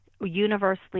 universally